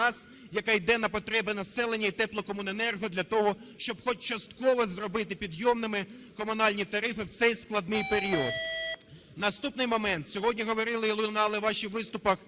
яка йде на потреби населення і теплокомуненерго для того, щоб хоч частково зробити підйомними комунальні тарифи в цей складний період. Наступний момент. Сьогодні говорили і лунала у ваших виступах